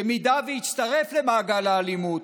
אם יצטרף למעגל האלימות,